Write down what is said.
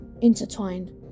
intertwined